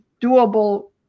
doable